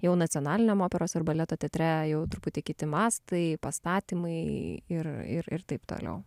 jau nacionaliniam operos ir baleto teatre jau truputį kiti mastai pastatymai ir ir ir taip toliau